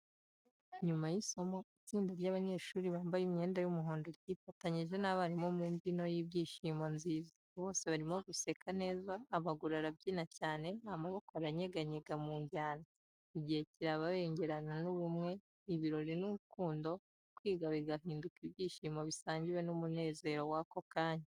Nyuma y’isomo, itsinda ry’abanyeshuri bambaye imyenda y’umuhondo ryifatanyije n’abarimu mu mbyino y’ibyishimo nziza. Bose barimo guseka neza, amaguru arabyina cyane, amaboko aranyeganyega mu njyana. Igihe kirabengerana n’ubumwe, ibirori n’urukundo, kwiga bigahinduka ibyishimo bisangiwe n’umunezero w’ako kanya.